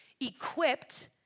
equipped